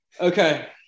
Okay